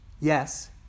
Yes